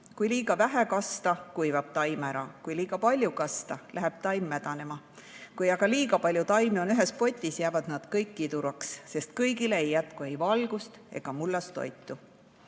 Kui liiga vähe kasta, kuivab taim ära. Kui liiga palju kasta, läheb taim mädanema. Kui aga liiga palju taimi on ühes potis, jäävad nad kõik kiduraks, sest kõigile ei jätku ei valgust ega mullas toitu.